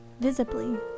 visibly